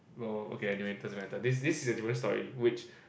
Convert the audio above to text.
lol okay anyway it doesn't matter this is a different story which